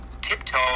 tiptoe